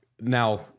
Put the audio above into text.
now